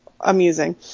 amusing